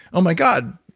oh my god,